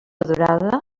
durada